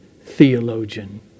theologian